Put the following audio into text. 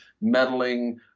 meddling